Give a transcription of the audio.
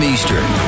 Eastern